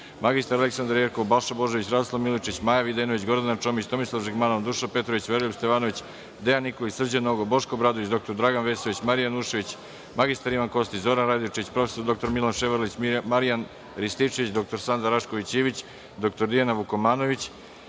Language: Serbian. mr Aleksandra Jerkov, Balša Božović, Radoslav Milojičić, Maja Videnović, Gordana Čomić, Tomislav Žigmanov, Dušan Petrović, Veroljub Stevanović, Dejan Nikolić, Srđan Nogo, Boško Obradović, dr Dragan Vesović, Marija Janjušević, mr Ivan Kostić, Zoran Radojčić, prof. dr Milan Ševarlić, Marijan Rističević, dr Sanda Rašković Ivić, dr Dijana Vukomanović,